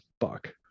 fuck